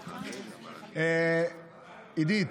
עידית,